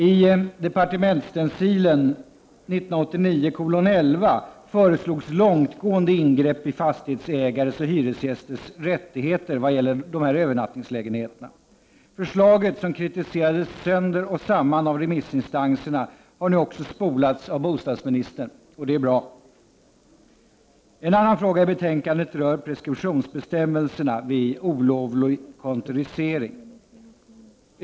I departementsstencilen 1989:11 föreslogs långtgående ingrepp i fastighetsägares och hyresgästers rättigheter vad gäller dessa övernattningslägenheter. Förslaget, som kritiserades sönder och samman av remissinstanserna, har nu också spolats av bostadsministern. Det är bra. En annan fråga i betänkandet rör preskriptionsbestämmelserna vid olovlig kontorisering.